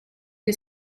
que